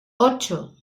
ocho